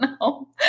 No